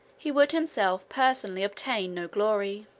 he would himself personally obtain no glory.